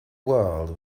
world